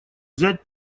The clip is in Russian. взять